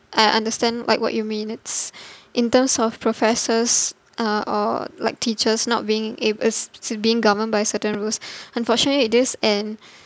I understand like what you mean it's in terms of professors uh or like teachers not being able being governed by certain rules unfortunately it is an